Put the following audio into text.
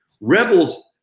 Rebels